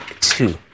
two